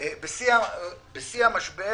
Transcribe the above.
בשיא המשבר